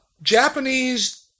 Japanese